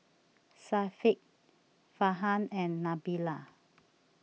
Syafiq Farhan and Nabila